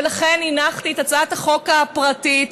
ולכן הנחתי את הצעת החוק הפרטית,